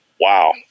wow